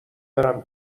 برم